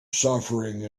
suffering